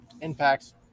impacts